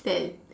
that